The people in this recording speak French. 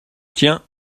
tiens